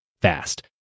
fast